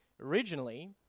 Originally